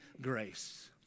grace